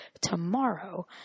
tomorrow